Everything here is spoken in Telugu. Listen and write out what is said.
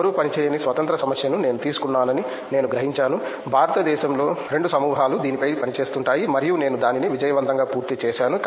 ఎవ్వరూ పని చేయని స్వతంత్ర సమస్యను నేను తీసుకున్నానని నేను గ్రహించాను భారతదేశంలో రెండు సమూహాలు దానిపై పనిచేస్తుంటాయి మరియు నేను దానిని విజయవంతంగా పూర్తి చేసాను